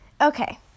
Okay